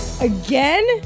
Again